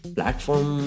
Platform